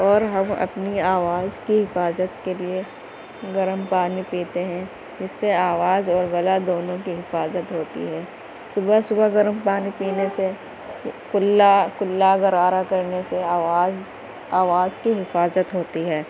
اور ہم اپنی آواز کی حفاظت کے لیے گرم پانی پیتے ہیں جس سے آواز اور گلا دونوں کی حفاظت ہوتی ہے صبح صبح گرم پانی پینے سے کلا کلا غرارہ کرنے سے آواز آواز کی حفاظت ہوتی ہے